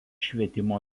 švietimo